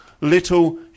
little